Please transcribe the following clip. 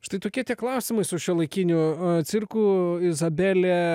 štai tokie klausimai su šiuolaikiniu cirku izabelė